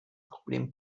problem